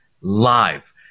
live